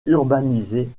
urbanisée